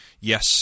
Yes